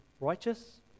righteous